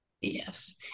Yes